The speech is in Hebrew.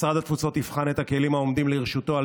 משרד התפוצות יבחן את הכלים העומדים לרשותו על